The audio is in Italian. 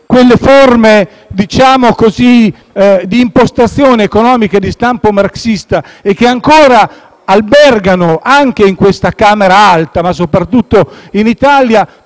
quelle forme di impostazione economica di stampo marxista, che ancora albergano anche in questa Camera alta, ma soprattutto in Italia,